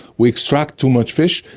we extract too much fish.